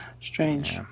Strange